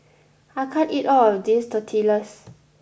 I can't eat all of this Tortillas